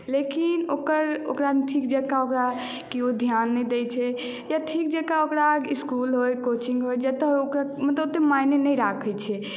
लेकिन ओकर ओकरा ठीक जकाँ केओ ध्यान नहि दैत छै या ठीक जकाँ ओकरा इसकुल हुए कोचिंग हुए जतय हुए ओकरा मतलब ओते मायने नहि राखैत छै